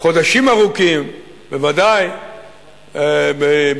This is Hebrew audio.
חודשים ארוכים, בוודאי בפומבי,